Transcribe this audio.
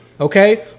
Okay